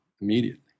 immediately